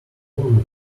rude